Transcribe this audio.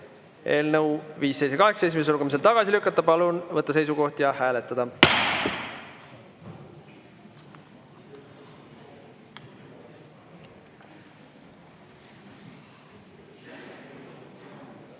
eelnõu 578 esimesel lugemisel tagasi lükata. Palun võtta seisukoht ja hääletada!